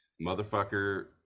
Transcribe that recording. Motherfucker